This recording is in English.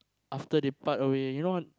after they part away you know